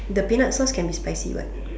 the peanut sauce can be spicy what